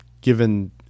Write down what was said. given